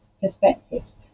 perspectives